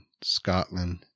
Scotland